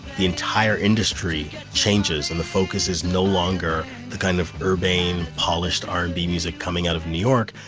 the entire industry changes and the focus is no longer the kind of urbane, polished r and b music coming out of new york.